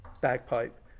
bagpipe